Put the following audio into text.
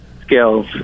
skills